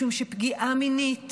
משום שפגיעה מינית